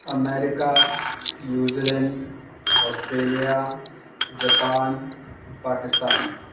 America New Zealand Australia Japan Pakistan